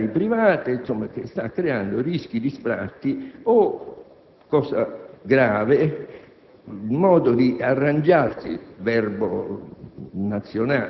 di queste concentrazioni immobiliari private, che stanno creando rischi di sfratto e, cosa grave,